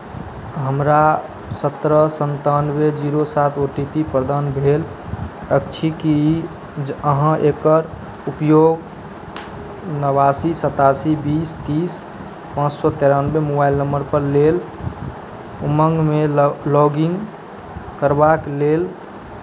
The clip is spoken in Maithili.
हमरा सत्रह सन्तानबे जीरो सात ओ टी पी प्रदान भेल अछि की अहाँ एकर उपयोग नबासी सतासी बीस तीस पाँच सए तेरानबे मोबाइल नम्बरके लेल उमङ्गमे लॉग इन करबाक लेल